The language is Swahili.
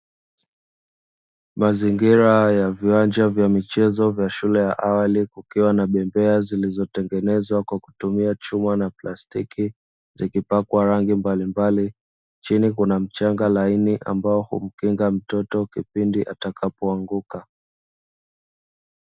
Mazingira ya viwanja vya michezo vya shule ya awali, kukiwa na bembea zilizotengenezwa kwa kutumia chuma na plastiki, zikipakwa rangi mbalimbali, chini kuna mchanga laini ambao humkinga mtoto kipindi atakapoanguka.